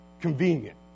convenient